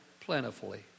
plentifully